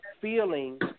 feeling